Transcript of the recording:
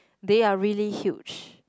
they are really huge